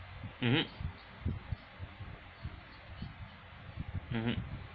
mmhmm mmhmm